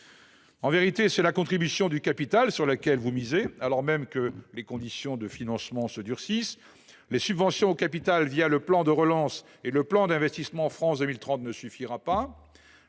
En vérité, c’est sur la contribution du capital que vous misez, alors même que les conditions de financement se durcissent. Les subventions au capital le plan de relance et le plan d’investissement France 2030 ne suffiront pas.